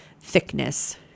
thickness